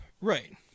Right